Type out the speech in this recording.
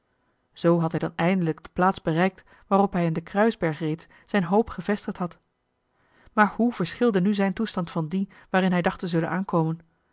zoo had hij dan eindelijk de plaats bereikt waarop hij in den kruisberg reeds zijne hoop gevestigd had maar hoe verschilde nu zijn toestand van dien waarin hij dacht te zullen aankomen